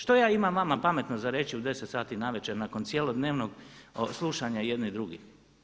Što ja imam vama pametno za reći u 10 sati navečer nakon cjelodnevnog slušanja jedni drugih?